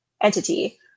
entity